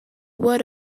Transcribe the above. word